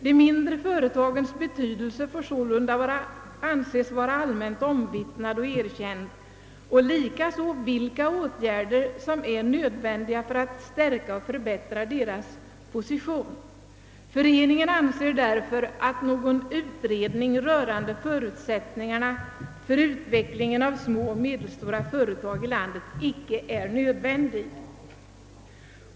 De mindre företagens betydelse får sålunda anses vara allmänt omvittnad och erkänd liksom också de åtgärder som är nödvändiga för att stärka och förbättra deras position. Föreningen anser därför att en utredning rörande förutsättningarna för utvecklingen av små och medelstora företag i landet inte är nödvändig.